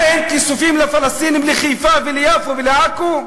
מה, אין לפלסטינים כיסופים לחיפה וליפו ולעכו?